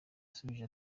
yasubije